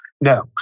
No